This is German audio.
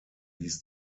ließ